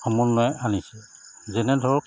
সমন্ময় আনিছে যেনে ধৰক